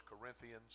Corinthians